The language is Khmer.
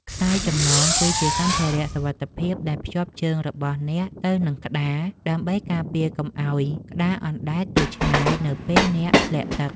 ខ្សែចំណងជើង គឺជាសម្ភារៈសុវត្ថិភាពដែលភ្ជាប់ជើងរបស់អ្នកទៅនឹងក្តារ ដើម្បីការពារកុំឱ្យក្តារអណ្ដែតទៅឆ្ងាយនៅពេលអ្នកធ្លាក់ទឹក។